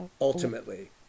ultimately